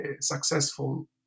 successful